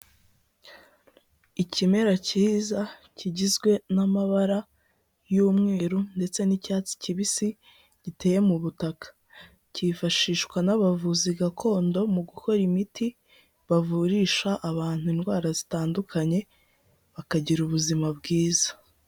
Ikimera cyiza kigizwe n'amabara y'umweru ndetse n'icyatsi kibisi, giteye mu butaka. Cyifashishwa n'abavuzi gakondo mu gukora imiti bavurisha abantu indwara zitandukanye, bakagira ubuzima bwiza.